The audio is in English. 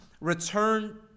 return